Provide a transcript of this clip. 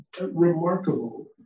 remarkable